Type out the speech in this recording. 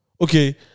okay